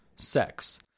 sex